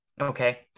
Okay